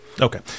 Okay